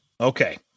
Okay